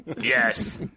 Yes